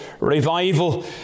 revival